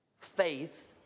faith